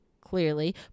clearly